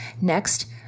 Next